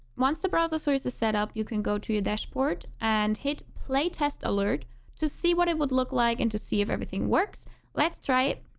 once the browser source is set up you can go to your dashboard and hit play test alert to see what it would look like and to see if everything works let's try it